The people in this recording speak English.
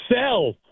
Sell